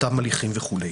אותם הליכים וכו'.